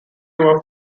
were